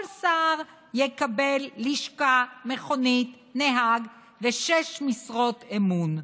כל שר יקבל לשכה, מכונית ונהג ושש משרות אמון.